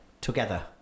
together